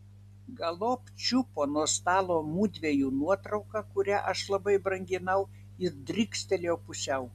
galop čiupo nuo stalo mudviejų nuotrauką kurią aš labai branginau ir drykstelėjo pusiau